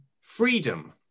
freedom